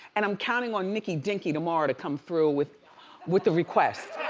and i'm counting on nikki dinky tomorrow to come through with with the request.